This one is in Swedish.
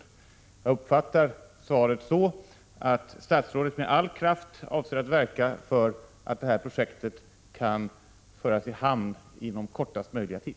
Jag uppfattar svaret så, att statsrådet med all kraft avser att verka för att detta projekt kan föras i hamn inom kortaste möjliga tid.